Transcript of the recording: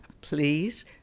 Please